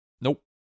Nope